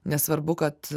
nesvarbu kad